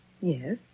Yes